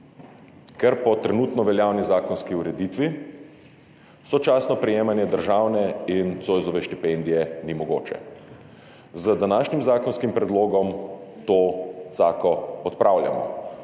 ker po trenutno veljavni zakonski ureditvi sočasno prejemanje državne in Zoisove štipendije ni mogoče. Z današnjim zakonskim predlogom to cako odpravljamo.